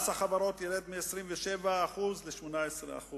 מס החברות ירד מ-27% ל-18%.